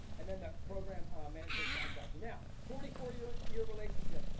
and then that program management contract. now, forty four year year relationship.